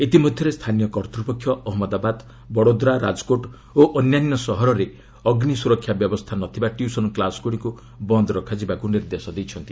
ଇତିମଧ୍ୟରେ ସ୍ଥାନୀୟ କର୍ତ୍ତୃପକ୍ଷ ଅହମ୍ମଦାବାଦ୍ ବଡୋଦ୍ରା ରାଜକୋଟ୍ ଓ ଅନ୍ୟାନ୍ୟ ସହରରେ ଅଗ୍ନି ସୁରକ୍ଷା ବ୍ୟବସ୍ଥା ନଥିବା ଟ୍ୟୁସନ୍ କ୍ଲାସ୍ଗୁଡ଼ିକୁ ବନ୍ଦ ରଖାଯିବାକୁ ନିର୍ଦ୍ଦେଶ ଦେଇଛନ୍ତି